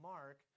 Mark